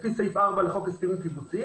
לפי סעיף 4 לחוק הסכמים קיבוציים,